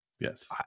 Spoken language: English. yes